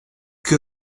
que